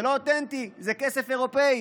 זה לא אותנטי, זה כסף אירופי,